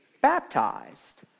baptized